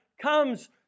comes